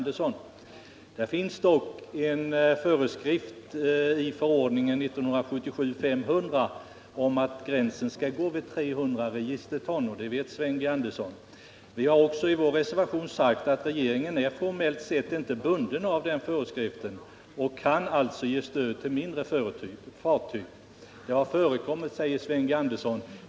Det finns dock en föreskrift i förordningen 1977:500 om att gränsen skall gå vid 300 registerton — och det vet Sven G. Andersson. Vi har också i vår reservation sagt att regeringen formellt sett inte är bunden av den föreskriften utan kan ge stöd till mindre fartyg. Enligt Sven G. Andersson har sådant stöd givits.